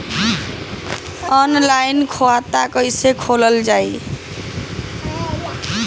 Online खाता कईसे खोलल जाई?